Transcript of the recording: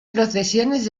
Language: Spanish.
procesiones